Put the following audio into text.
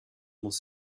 muss